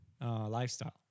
Lifestyle